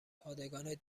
پادگان